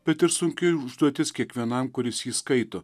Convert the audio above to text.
bet ir sunki užduotis kiekvienam kuris jį skaito